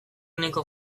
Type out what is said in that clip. nahiko